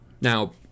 Now